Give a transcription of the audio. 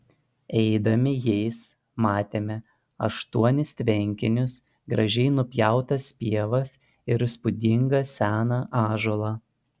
eidami jais matėme aštuonis tvenkinius gražiai nupjautas pievas ir įspūdingą seną ąžuolą